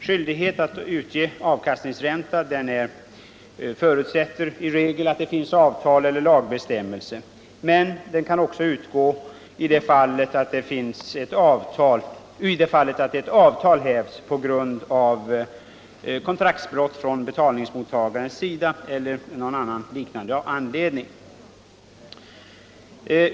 Skyldighet att utge avkastningsränta förutsätter i regel att det finns avtal eller lagbestämmelser, men den kan också utgå i det fall ett avtal hävs på grund av kontraktsbrott från betalningsmottagarens sida eller av annan liknande orsak.